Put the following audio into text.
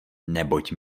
neboť